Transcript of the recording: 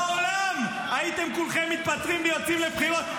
בעולם, הייתם כולכם מתפטרים ויוצאים לבחירות.